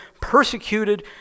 persecuted